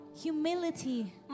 humility